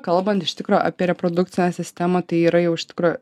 kalbant iš tikro apie reprodukcinę sistemą tai yra jau iš tikro